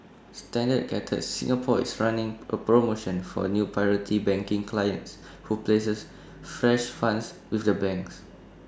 standard chartered Singapore is running A promotion for new priority banking clients who places fresh funds with the banks